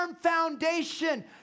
foundation